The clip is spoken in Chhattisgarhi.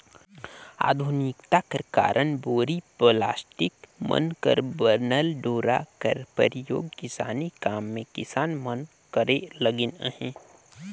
आधुनिकता कर कारन बोरी, पलास्टिक मन कर बनल डोरा कर परियोग किसानी काम मे किसान मन करे लगिन अहे